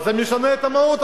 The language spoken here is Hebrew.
אז זה משנה את המהות,